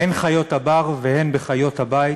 הן חיות הבר הן חיות הבית.